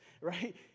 right